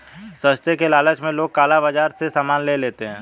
सस्ते के लालच में लोग काला बाजार से सामान ले लेते हैं